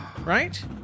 Right